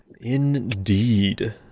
Indeed